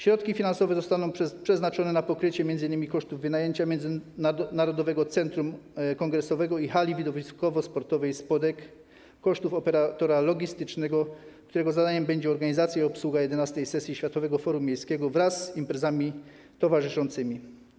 Środki finansowe zostaną przeznaczone na pokrycie m.in. kosztów wynajęcia Międzynarodowego Centrum Kongresowego i Hali Widowiskowo-Sportowej Spodek, kosztów operatora logistycznego, którego zadaniem będzie organizacja i obsługa XI sesji Światowego Forum Miejskiego wraz z imprezami towarzyszącymi.